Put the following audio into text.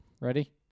Ready